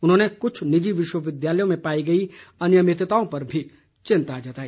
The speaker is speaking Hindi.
उन्होंने कुछ निजी विश्वविद्यालयों में पाई गई अनियमितताओं पर भी चिंता जताई